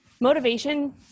motivation